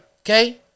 Okay